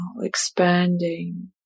expanding